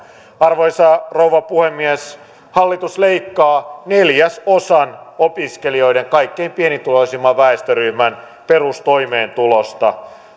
arvoisa rouva puhemies hallitus leikkaa neljäsosan opiskelijoiden kaikkein pienituloisimman väestöryhmän perustoimeentulosta